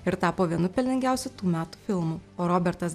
ir tapo vienu pelningiausių tų metų filmų o robertas